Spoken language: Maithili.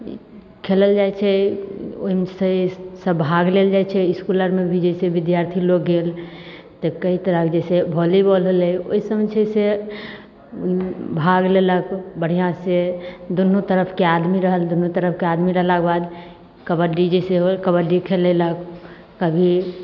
खेलल जाइत छै ओहिमे छै सब भाग लेल जाइत छै इसकुल आरमे भी जे छै बिद्यार्थी लोग गेल तऽ कइ तरहके जैसे भौलीबाॅल भेलै ओहि सबमे छै से भाग लेलक बढ़िआँ से दुन्नू तरफके आदमी रहल दुन्नू तरफके आदमी रहला बाद कबड्डी जैसे होएल कबड्डी खेलैलक कभी